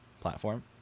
platform